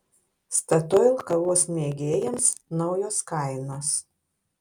statoil kavos mėgėjams naujos kainos